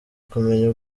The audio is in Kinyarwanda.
kumenya